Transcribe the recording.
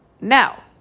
Now